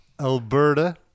Alberta